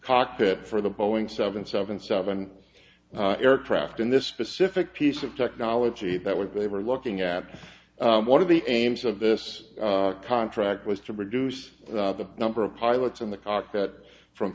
cockpit for the boeing seven seven seven aircraft in this specific piece of technology that was they were looking at one of the aims of this contract was to reduce the number of pilots in the cockpit from